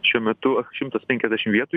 šiuo metu šimtas penkiasdešim vietų